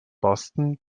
boston